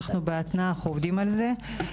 אנחנו בהתנעה, אנחנו עובדים על זה.